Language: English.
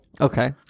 Okay